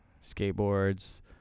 skateboards